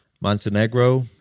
Montenegro